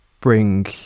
bring